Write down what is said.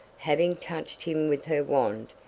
having touched him with her wand,